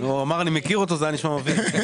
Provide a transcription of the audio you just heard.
הוא אמר: "אני מכיר אותו" זה נשמע מביך.